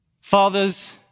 Fathers